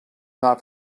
not